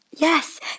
yes